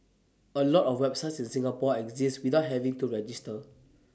A lot of websites in Singapore exist without having to register